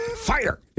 fire